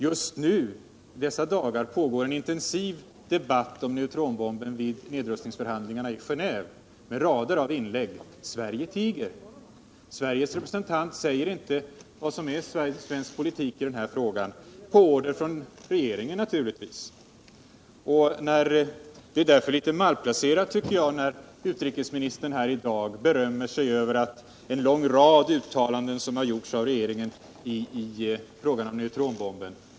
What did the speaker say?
Just i dessa dagar pågår en intensiv debatt om neutronbomben vid nedrustningsförhandlingarna i Geneve med rader av inlägg. Sverige tiger. Sveriges representant säger inte vad som är svensk politik i denna fråga — på order från regeringen naturligtvis. Det är därför litet malplacerat när utrikesministern i dag berömmer sig över en lång rad uttalanden som regeringen gjort om neutronbomben.